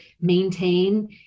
maintain